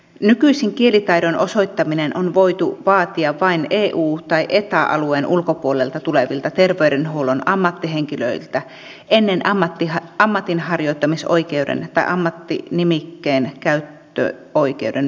nykyisin kielitaidon osoittaminen on voitu vaatia vain eu tai eta alueen ulkopuolelta tulevilta terveydenhuollon ammattihenkilöiltä ennen ammatinharjoittamisoikeuden tai ammattinimikkeen käyttöoikeuden myöntämistä